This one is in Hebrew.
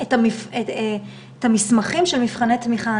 את המסמכים של מבחני התמיכה.